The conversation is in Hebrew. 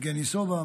יבגני סובה,